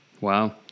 Wow